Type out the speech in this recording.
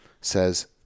says